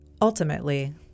Ultimately